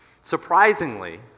Surprisingly